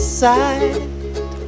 side